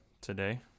today